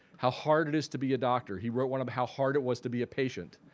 how hard it is to be a doctor. he wrote one of how hard it was to be a patient,